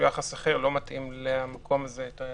בחוק הקורונה הכולל זה צריך להיות.